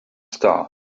star